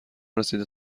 رسیده